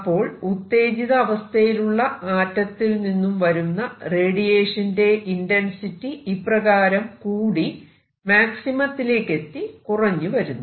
അപ്പോൾ ഉത്തേജിത അവസ്ഥയിലുള്ള ആറ്റത്തിൽ നിന്നും വരുന്ന റേഡിയേഷന്റെ ഇന്റെൻസിറ്റി ഇപ്രകാരം കൂടി മാക്സിമത്തിലേക്കെത്തി കുറഞ്ഞു വരുന്നു